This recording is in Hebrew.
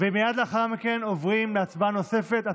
מייד לאחר מכן עוברים להצבעה נוספת,